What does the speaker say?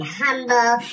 humble